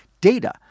data